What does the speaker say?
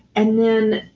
and then,